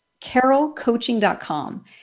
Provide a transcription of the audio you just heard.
carolcoaching.com